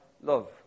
love